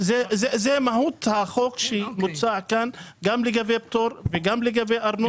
זו מהות החוק שמוצע כאן; גם לגבי פטור וגם לגבי ארנונה,